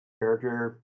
character